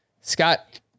Scott